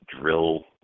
drill